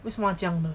为什么他这样的